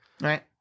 Right